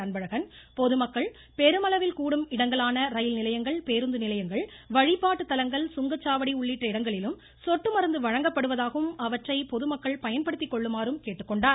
அன்பழகன் பொதுமக்கள் பெருமளவில் கூடும் இடங்களான ரயில்நிலையங்கள் பேருந்து நிலையங்கள் வழிபாட்டுத் தலங்கள் சுங்கச் சாவடி உள்ளிட்ட இடங்களிலும் சொட்டு மருந்து வழங்கப்படுவதாகவும் அவந்றை பொதுமக்கள் பயன்படுத்திக்கொள்ளுமாறும் கேட்டுக்கொண்டார்